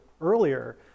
earlier